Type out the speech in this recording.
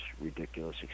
ridiculous